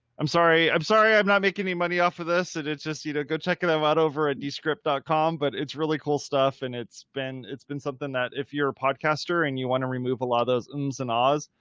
i'm sorry i'm sorry i'm not making any money off of this and it's just, you know, go check them out over ah at dot com but it's really cool stuff and it's been, it's been something that if you're a podcaster and you want to remove a lot of those tunes and oz,